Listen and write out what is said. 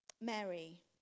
Mary